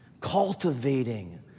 cultivating